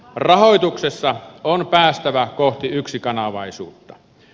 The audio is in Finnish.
rahoituksessa on päästävä kohti yksikanavaisuutta